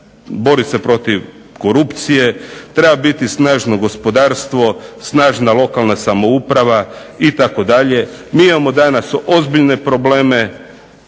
bori se protiv korupcije, treba biti snažno gospodarstvo, snažna lokalna samouprava itd., mi imamo danas ozbiljne probleme,